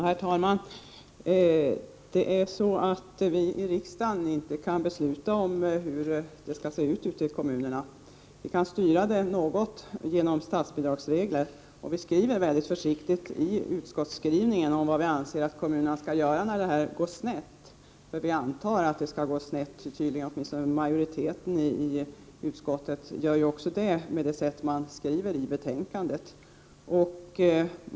Herr talman! Vi i riksdagen kan inte besluta om hur det skall se ut ute i kommunerna. Vi kan styra det något genom statsbidragsregler, och vi säger mycket försiktigt i utskottsskrivningen vad vi anser att kommunerna skall göra när det går snett. För vi antar att det skall gå snett — majoriteten i utskottet gör ju också det genom det sätt på vilket man skriver i betänkandet.